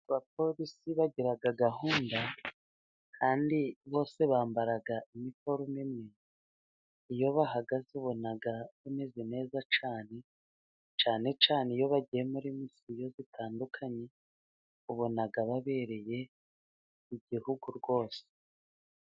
Abapolisi bagira gahunda kandi bose bambara iniforume imwe. Iyo bahagaze ubonaga bameze neza cyane. Cyane cyane iyo bagiye muri misiyo zitandukanye ubona babereye Igihugu rwose.